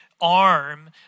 Arm